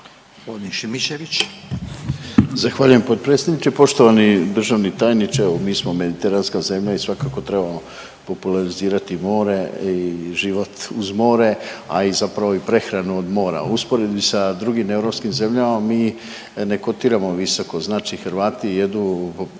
Rade (HDZ)** Zahvaljujem potpredsjedniče. Poštovani državni tajniče evo mi smo mediteranska zemlja i svakako trebamo popularizirati more i život uz more, a i zapravo prehranu od mora. U usporedbi sa drugim europskim zemljama mi ne kotiramo visoko, znači Hrvati jedu